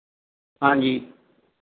ਹਾਂਜੀ